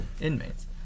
inmates